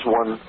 one